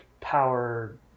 power